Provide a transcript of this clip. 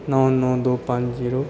ਨੌਂ ਨੌਂ ਦੋ ਪੰਜ ਜੀਰੋ